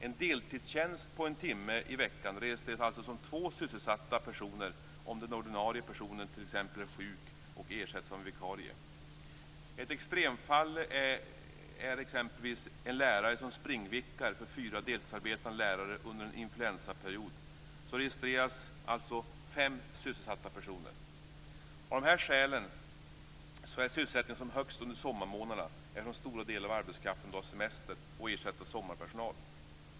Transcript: En deltidstjänst på en timme i veckan registreras alltså som två sysselsatta personer om den ordinarie personen t.ex. är sjuk och ersätts av en vikarie. Ett extremfall är exempelvis en lärare som springvikarierar för fyra deltidsarbetande lärare under en influensaperiod. Det registreras alltså som fem sysselsatta personer. Av dessa skäl är sysselsättningen som högst under sommarmånaderna, då stora delar av arbetskraften har semester och ersätts av sommarpersonal.